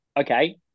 okay